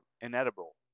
inedible